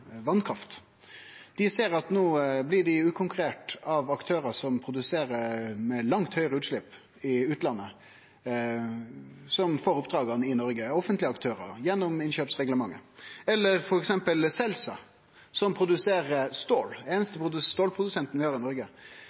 vasskraft. Dei ser at dei no blir utkonkurrerte av aktørar som produserer med langt høgare utslepp i utlandet, og som får oppdraga i Noreg – offentlege aktørar – gjennom innkjøpsreglementet. Eller f.eks. Celsa, den einaste stålprodusenten vi har i Noreg,